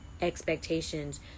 expectations